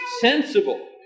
sensible